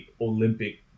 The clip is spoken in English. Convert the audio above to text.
olympic